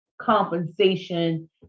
compensation